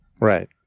Right